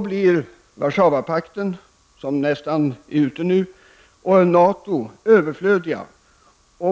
blir Warszawapakten -- som nästan är ute ur räkningen nu -- och NATO överflödiga.